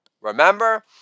Remember